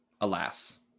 Alas